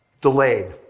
delayed